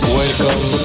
welcome